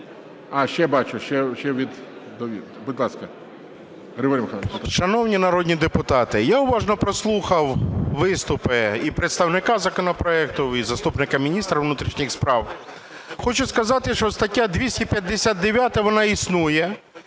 Шановні народні депутати, я уважно прослухав виступи і представника законопроекту, і заступника міністра внутрішніх справ. Хочу сказати, що стаття 259, в ній